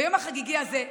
ביום החגיגי הזה,